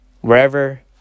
Wherever